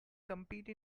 compete